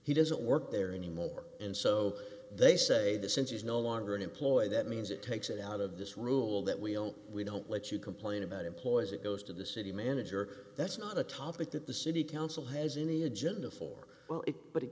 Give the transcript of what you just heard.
he doesn't work there anymore and so they say that since he's no longer an employee that means it takes it out of this rule that we don't we don't let you complain about employees it goes to the city manager that's not a topic that the city council has any agenda for well it but it